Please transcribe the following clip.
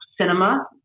cinema